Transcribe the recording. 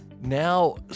now